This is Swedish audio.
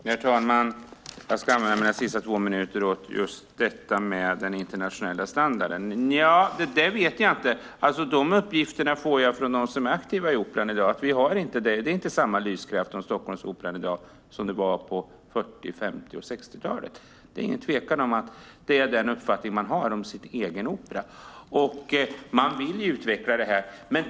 Herr talman! Jag ska använda mina sista två minuter åt just detta med den internationella standarden. Nja, det där vet jag inte. De här uppgifterna, att vi inte har det, får jag från dem som är aktiva i Operan i dag. Det är inte samma lyskraft om Stockholmoperan i dag som det var på 40-, 50 och 60-talet. Det är ingen tvekan om att det är den uppfattning som man har om sin egen opera. Man vill utveckla det här.